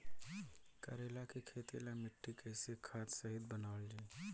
करेला के खेती ला मिट्टी कइसे खाद्य रहित बनावल जाई?